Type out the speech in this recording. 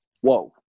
Whoa